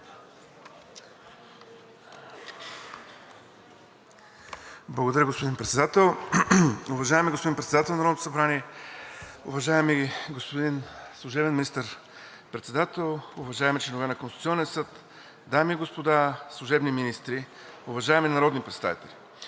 Благодаря Ви. Уважаеми господин Председател на Народното събрание, уважаеми господин Служебен министър-председател, уважаеми членове на Конституционния съд, дами и господа служебни министри, уважаеми народни представители,